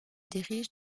dirige